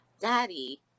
Daddy